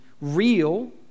real